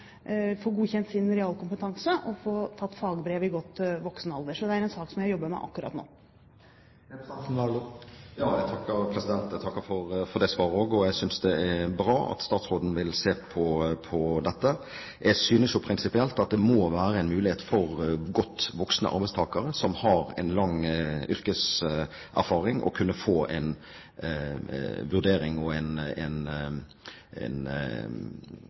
godkjent sin realkompetanse og få tatt fagbrev i godt voksen alder. Så det er en sak som jeg jobber med akkurat nå. Jeg takker for dette svaret også, og jeg synes det er bra at statsråden vil se på dette. Jeg synes jo prinsipielt at det må være en mulighet for godt voksne arbeidstakere som har en lang yrkeserfaring, å kunne få en vurdering og en